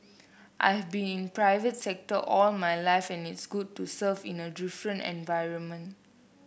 I've been in private sector all my life and it's good to serve in a different environment